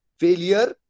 failure